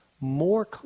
more